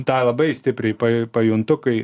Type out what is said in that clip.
tą labai stipriai pajuntu kai